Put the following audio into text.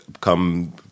come